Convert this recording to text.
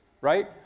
Right